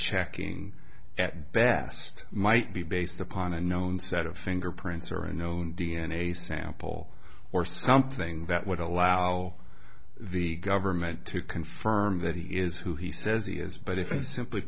checking at best might be based upon a known set of fingerprints or a known d n a sample or something that would allow the government to confirm that he is who he says he is but if you simply